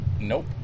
Nope